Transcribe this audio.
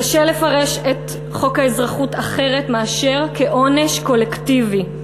קשה לפרש את חוק האזרחות אחרת מאשר כעונש קולקטיבי.